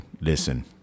listen